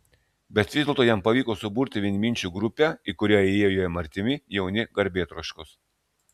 bet vis dėlto jam pavyko suburti vienminčių grupę į kurią įėjo jam artimi jauni garbėtroškos